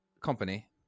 company